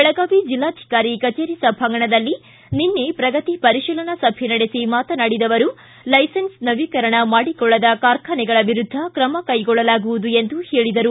ಬೆಳಗಾವಿ ಜಲ್ಲಾಧಿಕಾರಿ ಕಚೇರಿ ಸಭಾಂಗಣದಲ್ಲಿ ನಿನ್ನೆ ಪ್ರಗತಿ ಪರಿಶೀಲನಾ ಸಭೆ ನಡೆಸಿ ಮಾತನಾಡಿದ ಅವರು ಲೈಸೆನ್ನ್ ನವೀಕರಣ ಮಾಡಿಕೊಳ್ಳದ ಕಾರ್ಖಾನೆಗಳ ವಿರುದ್ಧ ತ್ರಮ ಕೈಗೊಳ್ಳಲಾಗುವುದು ಎಂದು ಹೇಳಿದರು